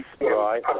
right